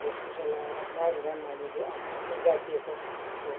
वेशभूषा लाएर नाचगान हामीले आफ्नो आफ्नो जातीयको अब